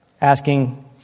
asking